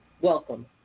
welcome